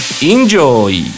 Enjoy